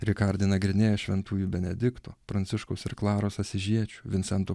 rikardai nagrinėja šventųjų benedikto pranciškaus ir klaros asyžiečio vincento